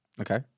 Okay